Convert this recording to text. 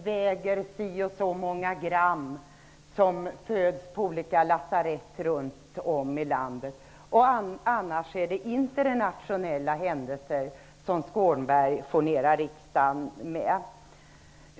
Ibland är det små barn som föds på olika lasarett runtom i landet och som väger si och så många gram, ibland är det internationella händelser som Skånberg furnerar riksdagen med.